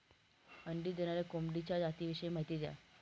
अंडी देणाऱ्या कोंबडीच्या जातिविषयी माहिती द्या